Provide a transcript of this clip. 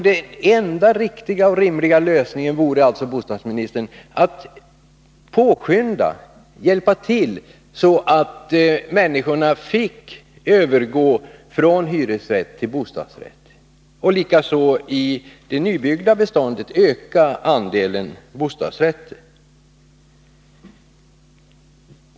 Den enda riktiga och rimliga lösningen vore att påskynda och hjälpa till så att människorna fick gå över från hyresrätt till bostadsrätt och likaså att antalet bostadsrätter ökade i nybyggnationen.